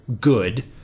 good